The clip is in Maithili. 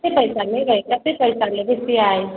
कतेक पइसा लेबै कतेक पैसा लेबै सिआइ